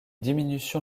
diminution